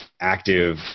active